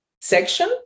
section